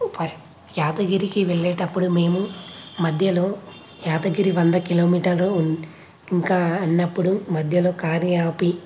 ఫ యాదగిరికి వెళ్లేటప్పుడు మేము మధ్యలో యాదగిరి వంద కిలోమీటర్లు ఉంది ఇంకా అన్నప్పుడు మధ్యలో కారు ఆపి